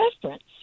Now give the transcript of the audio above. preference